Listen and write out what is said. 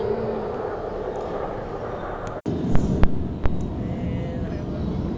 no but like you also have to think like in a in a healthy way